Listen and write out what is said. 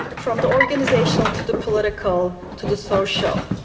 from the organizational to the political to the social.